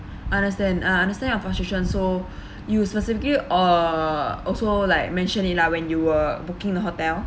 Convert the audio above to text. understand I understand your frustration so you specifically uh also like mentioned it lah when you were booking the hotel